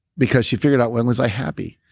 because she figured out, when was i happy?